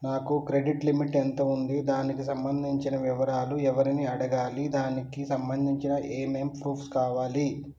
నా credit limit ఎంత ఉంది? దానికి సంబంధించిన వివరాలు ఎవరిని అడగాలి? దానికి సంబంధించిన ఏమేం ప్రూఫ్స్ కావాలి?